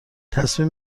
تصمیم